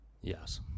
Yes